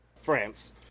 France